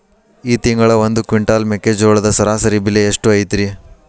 ಈ ತಿಂಗಳ ಒಂದು ಕ್ವಿಂಟಾಲ್ ಮೆಕ್ಕೆಜೋಳದ ಸರಾಸರಿ ಬೆಲೆ ಎಷ್ಟು ಐತರೇ?